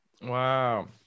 Wow